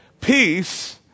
Peace